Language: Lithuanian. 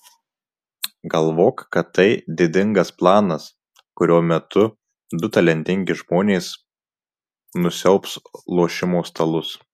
galvok kad tai didingas planas kurio metu du talentingi žmonės nusiaubs lošimo stalus